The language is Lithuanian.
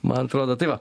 man atrodo tai va